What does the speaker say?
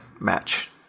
match